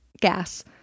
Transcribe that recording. gas